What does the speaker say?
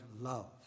love